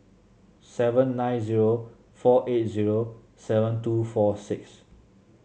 seven nine zero four eight zero seven two four six